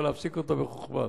אבל להפסיק אותה בחוכמה.